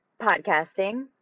podcasting